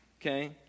Okay